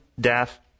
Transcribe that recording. deaf